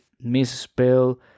misspell